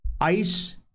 ICE